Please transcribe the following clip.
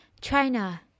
China